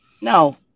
no